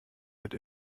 wird